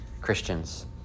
Christians